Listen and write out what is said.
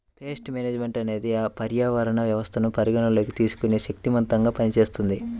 paste management అనేది పర్యావరణ వ్యవస్థను పరిగణలోకి తీసుకొని శక్తిమంతంగా పనిచేస్తుంది